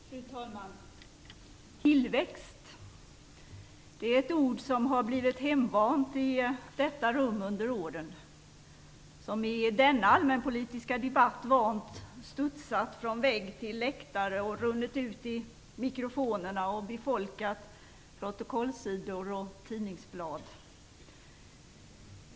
Fru talman! Tillväxt är ett ord som under årens lopp blivit hemtamt i detta rum och som i denna allmänpolitiska debatt studsat från vägg till läktare, ekat ur mikrofonerna och ofta förekommit i protokollssidor och tidningsblad.